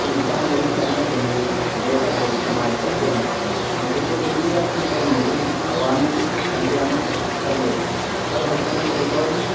کی نشاندہی کرنے کے لیے ڈیٹا کا استعمال کرتے ہیں اور شوشل میڈیا پر موجود عوامی رد عمل سروے اور حکومتی رپوٹس